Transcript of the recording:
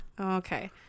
Okay